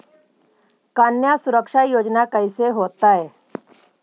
कन्या सुरक्षा योजना कैसे होतै?